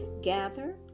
Gather